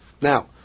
Now